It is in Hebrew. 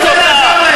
להביא תוצאה.